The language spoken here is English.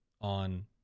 on